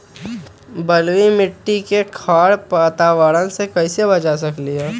बलुई मिट्टी को खर पतवार से कैसे बच्चा सकते हैँ?